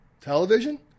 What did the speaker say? television